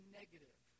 negative